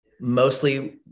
mostly